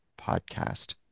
podcast